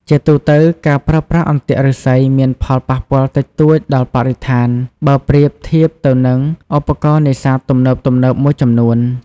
ជាទូទៅ ការប្រើប្រាស់អន្ទាក់ឫស្សីមានផលប៉ះពាល់តិចតួចដល់បរិស្ថានបើប្រៀបធៀបទៅនឹងឧបករណ៍នេសាទទំនើបៗមួយចំនួន។